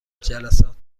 جلسات